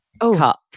cups